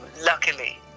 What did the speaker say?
Luckily